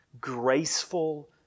graceful